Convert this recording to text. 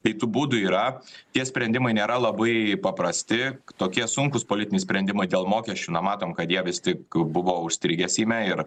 tai tų būdų yra tie sprendimai nėra labai paprasti tokie sunkūs politiniai sprendimai dėl mokesčių nu matom kad jie vis tik buvo užstrigę seime ir